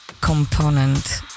Component